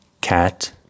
Cat